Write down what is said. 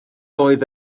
oedd